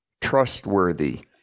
trustworthy